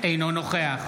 אינו נוכח